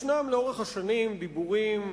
יש לאורך השנים דיבורים,